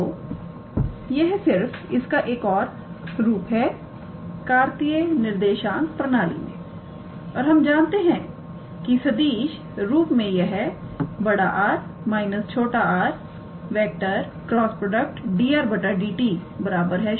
तो यह सिर्फ इसका एक और रूप है कार्तीय निर्देशांक प्रणाली मामले में और हम जानते हैं कि सदिश रूप में यह 𝑅⃗ − 𝑟⃗ × 𝑑𝑟⃗ 𝑑𝑡 ⃗0 है